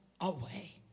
away